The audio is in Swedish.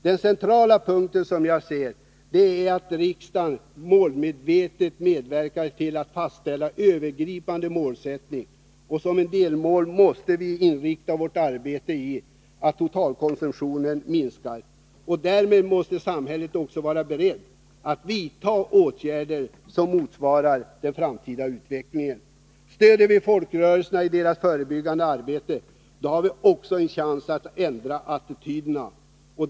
Den centrala punkten är att riksdagen målmedvetet medverkar till att fastställa den övergripande målsättningen. Som ett delmål måste vi inrikta totalkonsumtionen på en minskning. Därmed måste samhället också vara berett att vidta åtgärder, som motsvarar den framtida utvecklingen. Stöder vi folkrörelserna i deras förebyggande arbete, får vi en chans att ändra attityderna.